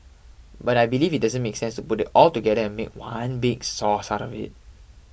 but I believe it doesn't make sense to put it all together and make one big sauce out of it